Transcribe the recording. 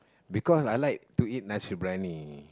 because I like to eat nasi-biryani